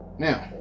Now